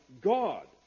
God